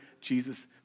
Jesus